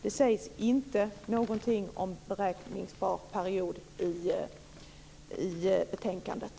Det sägs inte någonting om beräkningsbar period i betänkandet.